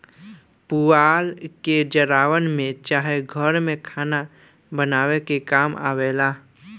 पुआल के जलावन में चाहे घर में खाना बनावे के काम आवेला